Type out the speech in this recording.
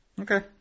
Okay